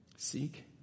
Seek